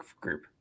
group